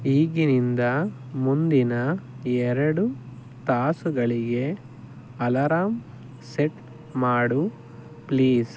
ಈಗಿನಿಂದ ಮುಂದಿನ ಎರಡು ತಾಸುಗಳಿಗೆ ಅಲಾರಾಮ್ ಸೆಟ್ ಮಾಡು ಪ್ಲೀಸ್